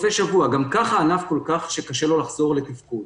העבודה שלו גם ככה קשה לענף לחזור לתפקוד